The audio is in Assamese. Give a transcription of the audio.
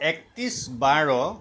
একত্ৰিছ বাৰ